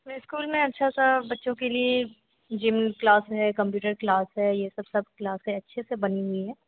school में अच्छा सा बच्चों के लिए ज़िम क्लास है कम्प्यूटर क्लास है यह सब सब क्लास है अच्छे से बनी हुई है